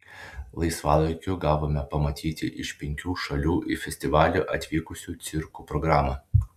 laisvalaikiu gavome pamatyti iš penkių šalių į festivalį atvykusių cirkų programą